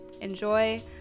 enjoy